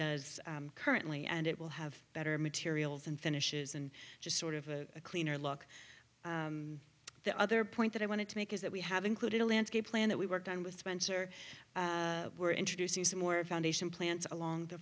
does currently and it will have better materials and finishes and just sort of a cleaner look the other point that i wanted to make is that we have included a landscape plan that we worked on with spencer and we're introducing some more foundation plants along the